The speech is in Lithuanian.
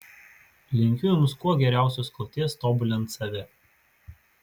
linkiu jums kuo geriausios kloties tobulinant save